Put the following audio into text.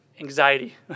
anxiety